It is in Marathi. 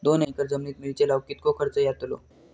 दोन एकर जमिनीत मिरचे लाऊक कितको खर्च यातलो?